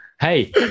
Hey